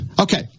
Okay